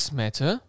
matter